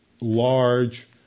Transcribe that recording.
large